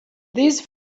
these